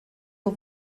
nhw